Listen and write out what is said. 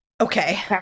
Okay